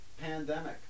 Pandemic